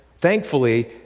thankfully